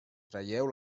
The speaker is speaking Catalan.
traieu